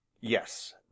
yes